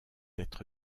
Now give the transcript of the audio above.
être